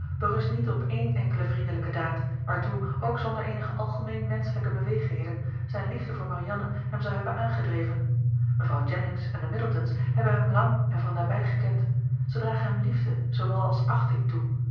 berust niet op ééne enkele vriendelijke daad waartoe ook zonder eenige algemeen menschelijke beweegreden zijn liefde voor marianne hem zou hebben aangedreven mevrouw jennings en de middletons hebben hem lang en van nabij gekend zij dragen hem liefde zoowel als achting toe